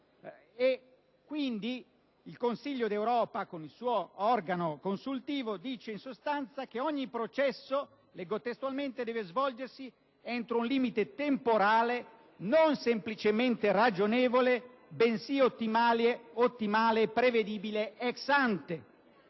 Quindi, il Consiglio d'Europa, con il suo organo consultivo, prevede che «ogni processo deve svolgersi entro un limite temporale non semplicemente ragionevole, bensì ottimale e prevedibile *ex ante*».